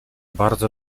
bardzo